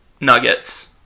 Nuggets